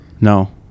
no